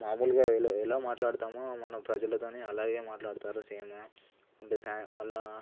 మామూలుగా ఎలా ఎలా మాట్లాడతామో మనం ప్రజలతోని అలాగే మాట్లాడతారు సేమ్ అంటే సా మళ్ళీ